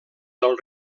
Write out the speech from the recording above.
del